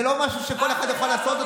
זה לא משהו שכל אחד יכול לעשות.